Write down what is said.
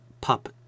pup